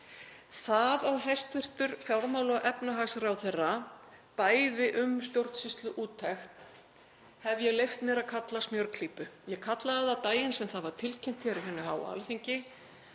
Það að hæstv. fjármála- og efnahagsráðherra bæði um stjórnsýsluúttekt hef ég leyft mér að kalla smjörklípu. Ég kallaði það því nafni daginn sem það var tilkynnt hér á hinu háa Alþingi